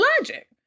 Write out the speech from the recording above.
Logic